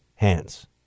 hands